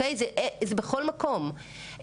זה בכל מקום,